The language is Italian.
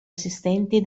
assistenti